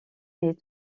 est